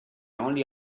only